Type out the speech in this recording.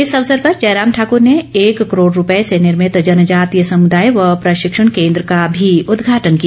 इस अवसर पर जयराम ठाकुर ने एक करोड़ रूपये से निर्भित जनजातीय समुदाय व प्रश्निक्षण केन्द्र का भी उद्घाटन किया